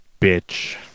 bitch